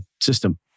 system